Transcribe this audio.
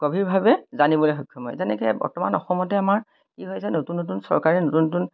গভীৰভাৱে জানিবলৈ সক্ষম হয় যেনেকে বৰ্তমান অসমতে আমাৰ কি হৈছে নতুন নতুন চৰকাৰে নতুন নতুন